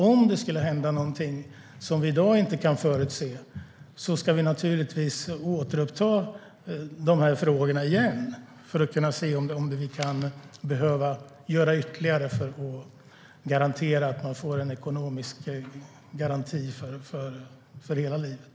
Om det skulle hända någonting som vi i dag inte kan förutse ska vi naturligtvis ta upp de här frågorna igen för att se om vi behöver göra något ytterligare för att garantera att man får en ekonomisk garanti för hela livet.